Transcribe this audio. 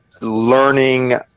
learning